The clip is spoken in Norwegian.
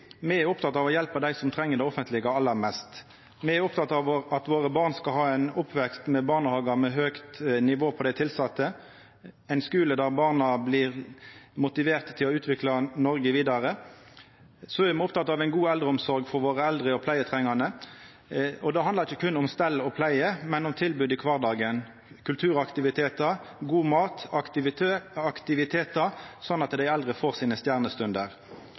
Me er opptekne av å hjelpa dei som treng det offentlege aller mest. Me er opptekne av at barna våre skal ha ein oppvekst i barnehagar med høgt nivå på dei tilsette og i ein skule der barna blir motiverte til å utvikla Noreg vidare. Så er me opptekne av ein god eldreomsorg for våre eldre og pleietrengande, og det handlar ikkje berre om stell og pleie, men òg om tilbod i kvardagen – kulturaktivitetar, god mat og aktivitetar – slik at dei eldre får sine stjernestunder.